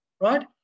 right